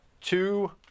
two